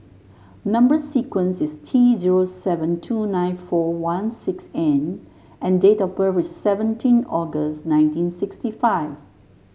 number sequence is T zero seven two nine four one six N and date of birth is seventeen August nineteen sixty five